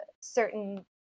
certain